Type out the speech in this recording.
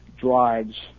drives